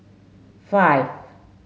five